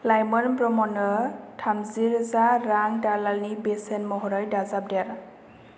लाइमोन ब्रह्म'नो थामजि रोजा रां दालालनि बेसेन महरै दाजाबदेर